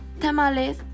tamales